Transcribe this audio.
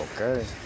Okay